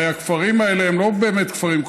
הרי הכפרים האלה הם לא באמת כפרים,